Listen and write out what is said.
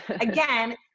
again